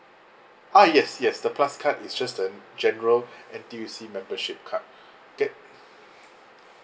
ah yes yes the plus card is just the general N_T_U_C membership card that